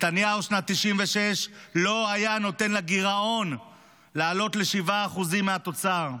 נתניהו שנת 1996 לא היה נותן לגירעון לעלות ל-7% מהתוצר,